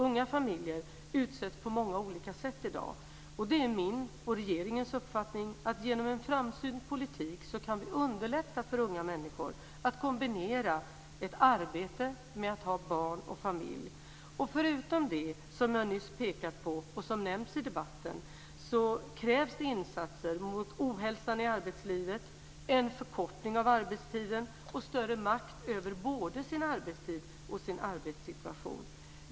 Unga familjer utsätts på många olika sätt i dag. Det är min och regeringens uppfattning att vi genom en framsynt politik kan underlätta för unga människor att kombinera ett arbete med att ha barn och familj. Förutom det som jag nyss pekat på och som nämns i debatten, krävs det insatser mot ohälsan i arbetslivet, en förkortning av arbetstiden och större makt över både sin arbetstid och sin arbetssituation.